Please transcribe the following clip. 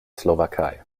slowakei